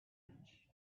edge